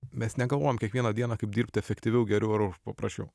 mes negalvojam kiekvieną dieną kaip dirbti efektyviau geriau ar paprasčiau